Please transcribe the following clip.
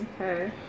Okay